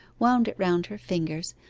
wound it round her fingers,